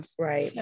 Right